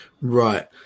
Right